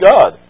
God